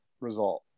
result